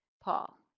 Paul